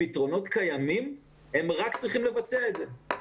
הפתרונות קיימים, הם רק צריכים לבצע אותם.